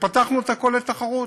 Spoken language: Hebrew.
ופתחנו את הכול לתחרות.